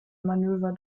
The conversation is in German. manöver